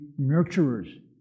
nurturers